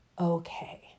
okay